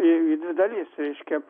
į dvi dalis reiškia